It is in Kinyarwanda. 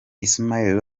ismaël